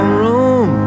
room